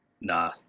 Nah